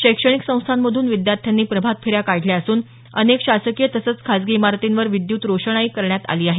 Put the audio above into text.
शैक्षणिक संस्थांमधून विद्यार्थ्यांनी प्रभात फेऱ्या काढल्या असून अनेक शासकीय तसंच खाजगी इमारतींवर विद्युत रोषणाई करण्यात आली आहे